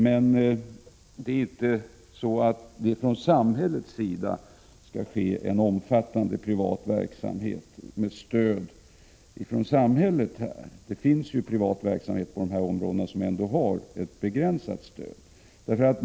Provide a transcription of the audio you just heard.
Men det är inte så att det skall bedrivas en omfattande privat verksamhet med stöd av samhället härvidlag. Som jag sade förekommer det privat verksamhet på dessa områden, vilken får ett begränsat stöd.